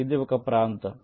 ఇది ఒక ప్రాంతం